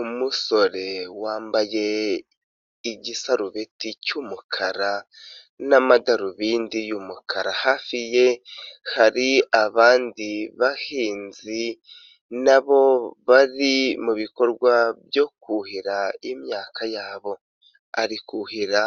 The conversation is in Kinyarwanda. Umusore wambaye igisarubeti cy'umukara n'amadarubindi y,umukara hafi ye hari abandi bahinzi nabo bari mu bikorwa byo kuhira imyaka yabo. Ari kuhira